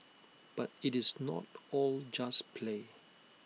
but IT is not all just play